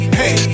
hey